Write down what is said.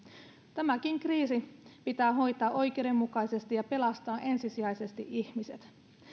tämäkin kriisi pitää hoitaa oikeudenmukaisesti ja pelastaa ensisijaisesti ihmiset